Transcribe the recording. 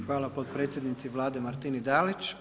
Hvala potpredsjednici Vlade Martini Dalić.